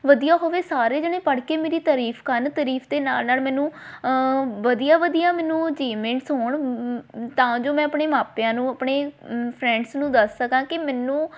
ਵਧੀਆ ਹੋਵੇ ਸਾਰੇ ਜਾਣੇ ਪੜ੍ਹ ਕੇ ਮੇਰੀ ਤਾਰੀਫ ਕਰਨ ਤਾਰੀਫ ਦੇ ਨਾਲ ਨਾਲ ਮੈਨੂੰ ਵਧੀਆ ਵਧੀਆ ਮੈਨੂੰ ਅਚੀਵਮੈਂਟਸ ਹੋਣ ਤਾਂ ਜੋ ਮੈਂ ਆਪਣੇ ਮਾਪਿਆਂ ਨੂੰ ਆਪਣੇ ਫਰੈਂਡਸ ਨੂੰ ਦੱਸ ਸਕਾਂ ਕਿ ਮੈਨੂੰ